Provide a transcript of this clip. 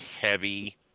heavy